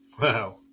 wow